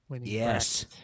yes